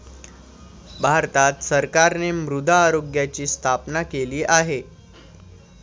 भारत सरकारने मृदा आरोग्याची स्थापना केली आहे